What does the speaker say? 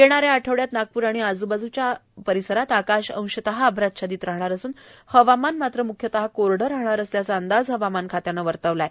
येणाऱ्या आठवड्यात नागपूर आणि आजूबाजूच्या आकाश अंशतः अभ्राच्छादित राहणार असून हवामान मात्र मुख्यतः कोरडं राहणार असल्याचा अंदाज हवामान खात्यानं वर्तवला आहे